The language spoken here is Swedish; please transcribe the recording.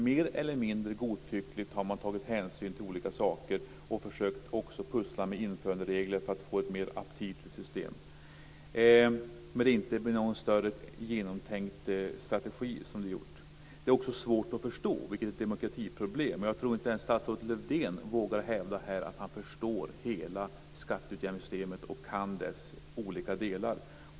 Mer eller mindre godtyckligt har man tagit hänsyn till olika saker och också försökt pussla med införanderegler för att få ett mer aptitligt system. Det är inte gjort med någon genomtänkt strategi. Det är också svårt att förstå, vilket är ett demokratiproblem. Jag tror inte ens att statsrådet Lövdén vågar hävda att han förstår hela skatteutjämningssystemet och kan dess olika delar.